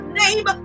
name